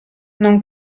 non